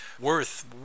worth